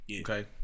Okay